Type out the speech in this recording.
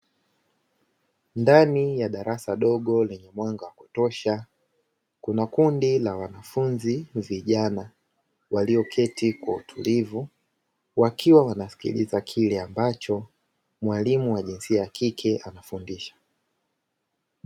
Ndani ya darasa dogo lenye mwanga wa kutosha, kuna kundi la wanafunzi vijana walioketi kwa utulivu wakiwa wanasikiliza kile ambacho mwalimu wa jinsia ya kike anafundisha.